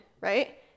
right